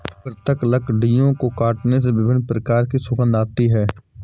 पृथक लकड़ियों को काटने से विभिन्न प्रकार की सुगंध आती है